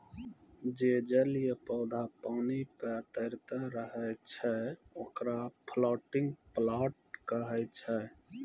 जे जलीय पौधा पानी पे तैरतें रहै छै, ओकरा फ्लोटिंग प्लांट कहै छै